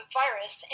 virus